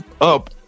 up